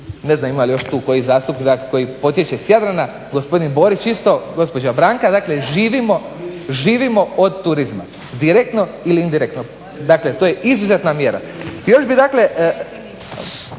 ne znam ima li još tu koji zastupnik koji potječe s Jadrana, gospodin Borić isto, gospođa Branka, dakle živimo od turizma, direktno ili indirektno. Dakle, to je izuzetna mjera. I još bih dakle